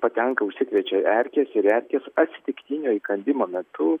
patenka užsikrečia erkės ir erkės atsitiktinio įkandimo metu